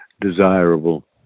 desirable